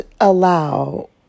allow